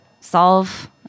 solve